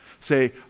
say